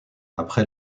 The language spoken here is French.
après